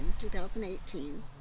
2018